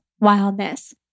wildness